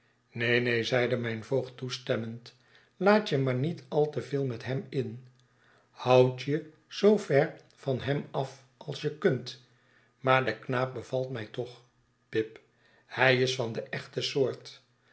neen neen zeide mijn voogd toestemmend laat je maar niet te veel met hem in houd je zoo ver van hem af als je kunt maar de knaap bevalt mij toch pip hij is van de echte soort